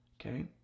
okay